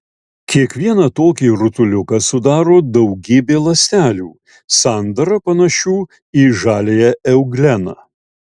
kiekvieną tokį rutuliuką sudaro daugybė ląstelių sandara panašių į žaliąją eugleną